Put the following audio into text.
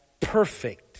perfect